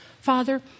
Father